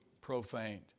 profaned